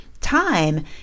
time